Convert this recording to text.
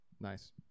Nice